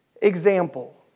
Example